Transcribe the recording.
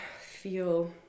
feel